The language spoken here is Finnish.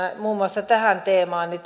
muun muassa tähän teemaan niin